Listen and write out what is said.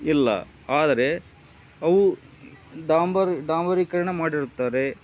ಇಲ್ಲ ಆದರೆ ಅವು ಡಾಂಬರ್ ಡಾಂಬರೀಕರಣ ಮಾಡಿರುತ್ತಾರೆ